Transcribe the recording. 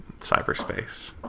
cyberspace